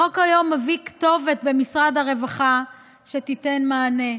החוק היום מביא כתובת במשרד הרווחה שתיתן מענה.